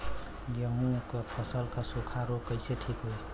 गेहूँक फसल क सूखा ऱोग कईसे ठीक होई?